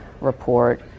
report